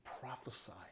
prophesy